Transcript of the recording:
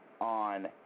on